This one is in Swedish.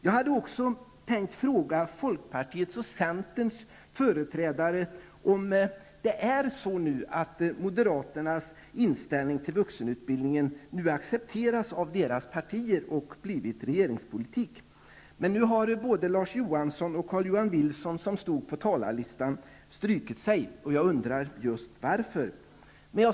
Jag hade också tänkt fråga folkpartiets och centerpartiets företrädare om moderaternas inställning till vuxenutbildningen nu har accepterats av deras partier och blivit regeringspolitik. Men nu har både Carl-Johan Wilson och Larz Johansson, som stod på talarlistan, strukit sig. Jag undrar just varför.